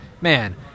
man